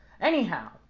anyhow